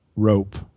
rope